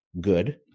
good